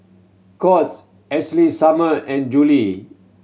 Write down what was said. Courts Ashley Summer and Julie